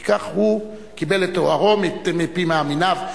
כי כך הוא קיבל את תוארו מפי מאמיניו,